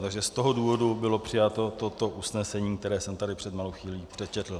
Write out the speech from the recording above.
Takže z tohoto důvodu bylo přijato toto usnesení, které jsem tady před malou chvílí přečetl.